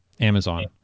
Amazon